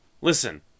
listen